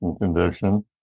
condition